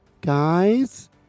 guys